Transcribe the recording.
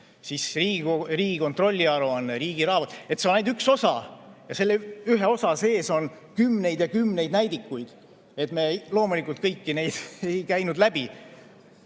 siis Riigikontrolli aruanne. See on ainult üks osa ja selle ühe osa sees on kümneid ja kümneid näidikuid. Me loomulikult kõiki neid ei käinud läbi,